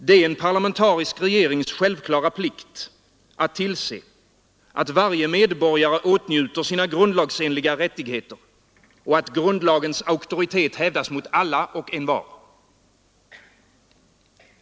Det är en regerings självklara plikt att tillse att varje medborgare åtnjuter sina grundlagsenliga rättigheter och att grundlagens auktoritet hävdas gentemot alla och envar.